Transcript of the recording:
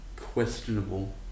questionable